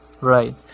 Right